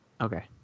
Okay